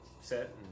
set